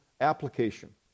application